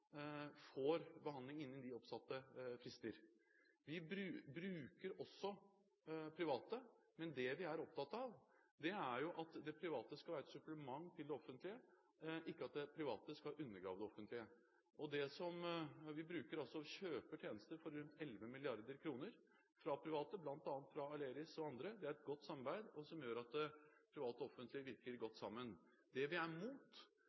får behandling innen de oppsatte frister. Vi bruker også private, men det vi er opptatt av, er at det private skal være et supplement til det offentlige, ikke at det private skal undergrave det offentlige. Vi kjøper tjenester for rundt 11 mrd. kr fra private, bl.a. fra Aleris. Det er et godt samarbeid som gjør at det private og det offentlige virker godt sammen. Det vi er